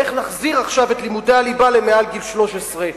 איך נחזיר עכשיו את לימודי הליבה מעל גיל 13?